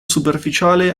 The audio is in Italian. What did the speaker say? superficiale